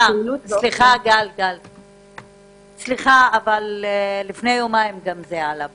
סליחה, אבל לפני יומיים זה עלה בדיון.